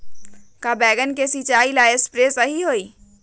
का बैगन के सिचाई ला सप्रे सही होई?